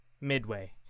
midway